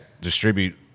distribute